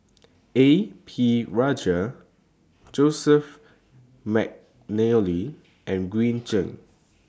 A P Rajah Joseph Mcnally and Green Zeng